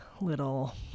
little